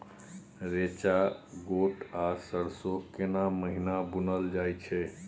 रेचा, गोट आ सरसो केना महिना बुनल जाय छै?